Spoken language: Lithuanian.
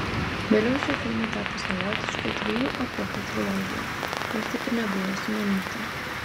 vėliau šie filmai tapo savotiška trijų epochų trilogija nors taip ir nebuvo sumanyta